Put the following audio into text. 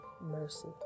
mercy